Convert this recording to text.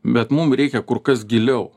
bet mum reikia kur kas giliau